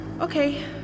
Okay